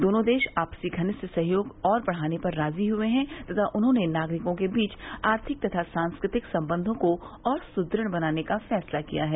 दोनों देश आपसी घनिष्ठ सहयोग को और बढ़ाने पर राजी हुए हैं तथा उन्होंने नागरिकों के बीच आर्थिक तथा सांस्कृतिक संबंधों को और सुदृढ़ करने का भी फैसला किया है